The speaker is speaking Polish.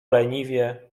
leniwie